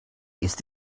ist